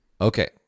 okay